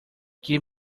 give